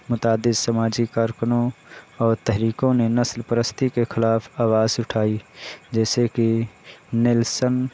متعدد سماجی کارکنوں اور تحریکوں نے نسل پرستی کے خلاف آواز اٹھائی جیسے کہ نلسن